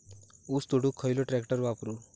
ऊस तोडुक खयलो ट्रॅक्टर वापरू?